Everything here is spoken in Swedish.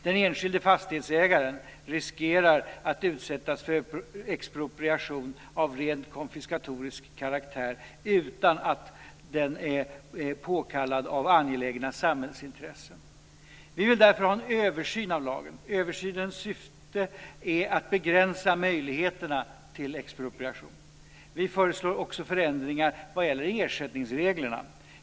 Den enskilde fastighetsägaren riskerar att utsättas för expropriation av rent konfiskatorisk karaktär utan att den är påkallad av angelägna samhällsintressen. Vi vill därför ha en översyn av lagen. Översynens syfte är att begränsa möjligheterna till expropriation. Vi föreslår också förändringar vad gäller ersättningsreglerna.